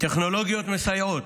טכנולוגיות מסייעות,